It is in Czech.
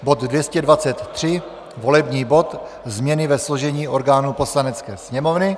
bod 223, volební bod změny ve složení orgánů Poslanecké sněmovny.